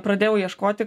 pradėjau ieškoti